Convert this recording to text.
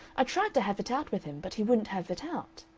i tried to have it out with him, but he wouldn't have it out.